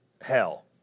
hell